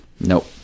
Nope